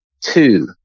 two